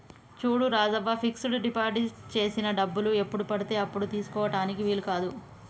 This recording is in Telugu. చూడు రాజవ్వ ఫిక్స్ డిపాజిట్ చేసిన డబ్బులు ఎప్పుడు పడితే అప్పుడు తీసుకుటానికి వీలు కాదు